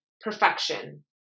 perfection